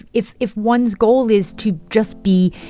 if if one's goal is to just be,